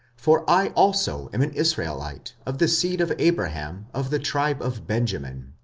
for i also am an israelite, of the seed of abraham, of the tribe of benjamin.